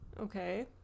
Okay